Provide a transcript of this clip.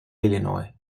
illinois